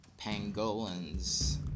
Pangolins